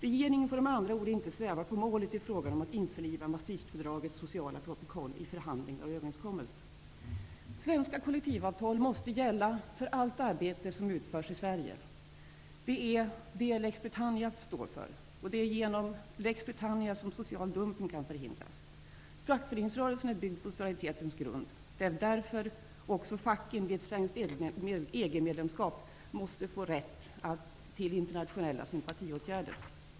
Regeringen får med andra ord inte sväva på målet i frågan om att införliva Svenska kollektivavtal måste gälla för allt arbete som utförs i Sverige. Det är detta lex Britannia står för. Det är genom lex Britannia som social dumpning kan förhindras. Fackföreningsrörelsen är byggd på solidaritetens grund. Det är därför facken också vid svenskt EG-medlemskap måste få rätt till internationella sympatiåtgärder.